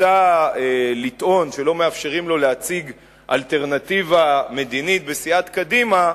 ניסה לטעון שלא מאפשרים לו להציג אלטרנטיבה מדינית בסיעת קדימה,